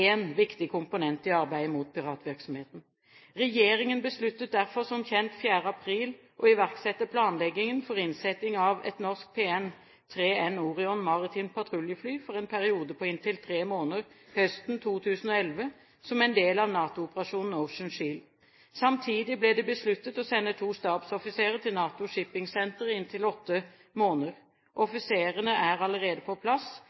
én viktig komponent i arbeidet mot piratvirksomheten. Regjeringen besluttet derfor som kjent 4. april å iverksette planleggingen for innsetting av et norsk P-3N Orion maritimt patruljefly for en periode på inntil tre måneder høsten 2011 som en del av NATO-operasjonen Ocean Shield. Samtidig ble det besluttet å sende to stabsoffiserer til NATO Shipping Centre i inntil åtte måneder. Offiserene er allerede på plass